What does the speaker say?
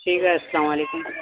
ٹھیک ہے السلام علیکم